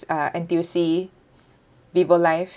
uh N_T_U_C vivo life